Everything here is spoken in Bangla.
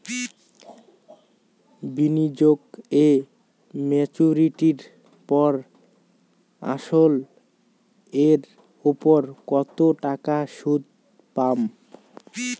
বিনিয়োগ এ মেচুরিটির পর আসল এর উপর কতো টাকা সুদ পাম?